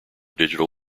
digital